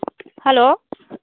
hello